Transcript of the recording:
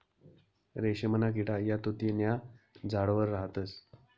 रेशीमना किडा या तुति न्या झाडवर राहतस